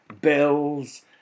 bills